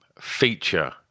feature